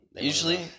Usually